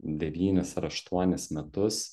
devynis ar aštuonis metus